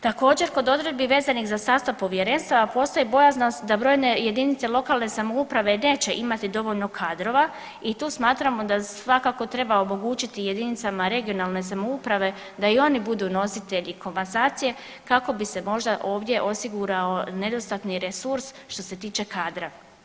Također kod odredbi vezanih za sastav povjerenstava postoji bojaznost da brojne jedinice lokalne samouprave neće imati dovoljno kadrova i tu smatramo da svakako treba omogućiti jedinice regionalne samouprave da i oni budu nositelji komasacije kako bi se možda ovdje osigurao nedostatni resurs što se tiče kadra.